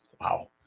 Wow